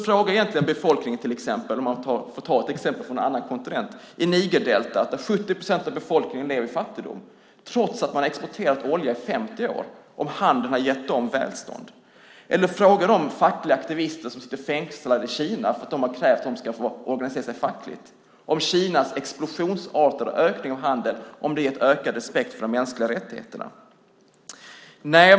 Fråga befolkningen i Nigerdeltat - för att ta ett exempel från en annan kontinent - där 70 procent av befolkningen lever i fattigdom trots att man har exporterat olja i 50 år, om handeln har gett dem välstånd. Fråga de fackliga aktivister som sitter fängslade i Kina för att de har krävt att de ska få organisera sig fackligt, om Kinas explosionsartade ökning av handel har gett ökad respekt för de mänskliga rättigheterna.